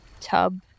tub